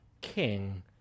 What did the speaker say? king